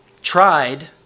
tried